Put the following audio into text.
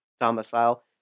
domicile